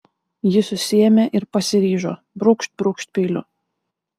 ji susiėmė ir pasiryžo brūkšt brūkšt peiliu